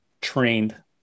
trained